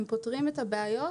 הם פותרים את הבעיות,